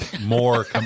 more